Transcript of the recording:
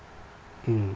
mm